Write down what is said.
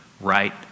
right